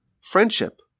friendship